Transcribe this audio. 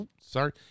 sorry